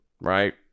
Right